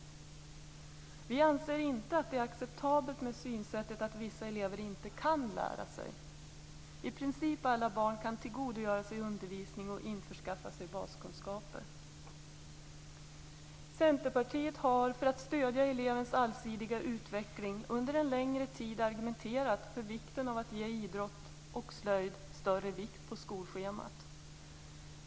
Vi anser inte att synsättet att vissa elever inte kan lära sig är acceptabelt. I princip alla barn kan tillgodogöra sig undervisning och införskaffa baskunskaper. Centerpartiet har, för att stödja elevernas allsidiga utveckling, under en längre tid argumenterat för vikten av att ge idrott och slöjd större vikt på skolschemat.